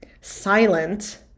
silent